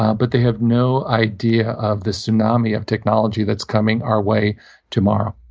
ah but they have no idea of the tsunami of technology that's coming our way tomorrow.